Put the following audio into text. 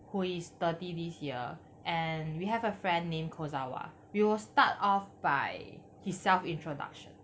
who is thirty this year and we have a friend name kozawa we will start off by his self introduction